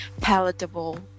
palatable